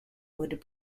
would